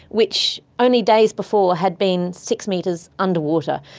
which only days before had been six metres underwater.